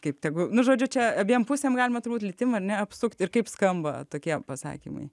kaip tegu nu žodžiu čia abiem pusėm galima turbūt lytim ar ne apsukt ir kaip skamba tokie pasakymai